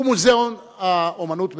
הוא המוזיאון לאמנות בתל-אביב,